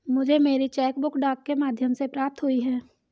मुझे मेरी cheque book डाक के माध्यम से प्राप्त हुई है